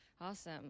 Awesome